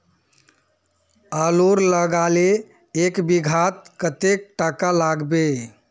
आलूर लगाले एक बिघात कतेक टका लागबे?